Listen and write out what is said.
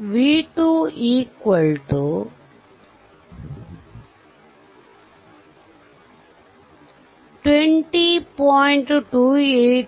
i 2 1 17